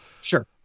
sure